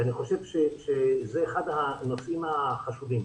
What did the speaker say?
אני חושב שזה אחד הנושאים החשובים,